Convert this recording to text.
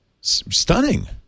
stunning